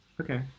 Okay